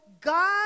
God